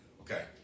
Okay